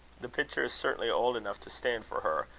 the picture is certainly old enough to stand for her,